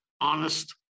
honest